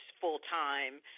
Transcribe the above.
full-time